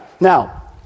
Now